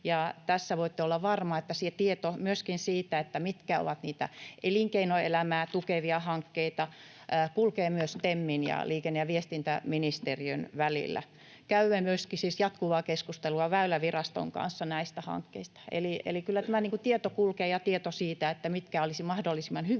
tässä olla varmoja, että se tieto myöskin siitä, mitkä ovat niitä elinkeinoelämää tukevia hankkeita, kulkee myös TEMin ja liikenne- ja viestintäministeriön välillä. Käymme myöskin jatkuvaa keskustelua Väyläviraston kanssa näistä hankkeista, eli kyllä tämä tieto kulkee ja tieto siitä, mitkä olisivat mahdollisimman hyviä